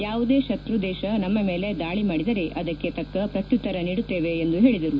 ಯಾವುದೇ ಶತ್ರು ದೇಶ ನಮ್ನ ಮೇಲೆ ದಾಳಿ ಮಾಡಿದರೆ ಅದಕ್ಕೆ ತಕ ಪತ್ಯುತ್ತರ ನೀಡುತ್ತೇವೆ ಎಂದು ಹೇಳಿದರು